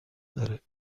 داره